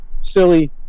silly